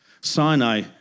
Sinai